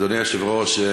גברתי היושבת-ראש,